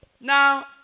Now